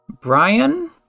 Brian